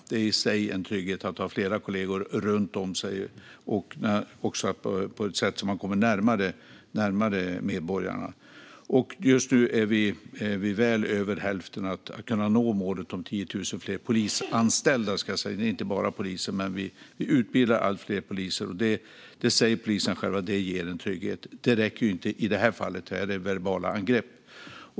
Det är i sig en trygghet att ha flera kollegor runt om sig, och man kommer närmare medborgarna. Just nu är vi väl över hälften för att nå målet om 10 000 fler polisanställda, alltså inte bara poliser. Fler poliser utbildas. Polisen anser själv att det ger trygghet. Detta räcker i och för sig inte i fråga om verbala angrepp.